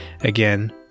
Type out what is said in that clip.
Again